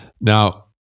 Now